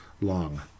long